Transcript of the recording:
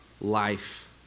life